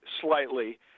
slightly